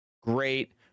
great